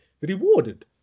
rewarded